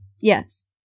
Yes